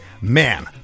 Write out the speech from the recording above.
man